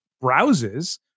browses